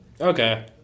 Okay